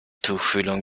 tuchfühlung